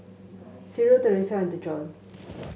Cyril Theresia and Dejon